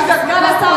סגן השר